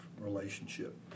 relationship